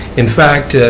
in fact,